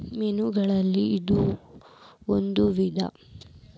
ಮೇನುಗಳಲ್ಲಿ ಇದು ಒಂದ ವಿಧಾ